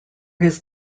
his